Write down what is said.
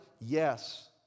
Yes